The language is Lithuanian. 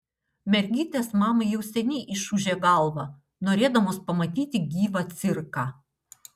mergytės mamai jau seniai išūžė galvą norėdamos pamatyti gyvą cirką